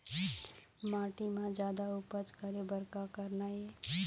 माटी म जादा उपज करे बर का करना ये?